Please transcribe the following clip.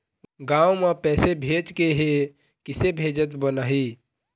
गांव म पैसे भेजेके हे, किसे भेजत बनाहि?